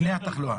לפני התחלואה.